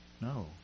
No